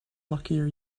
luckier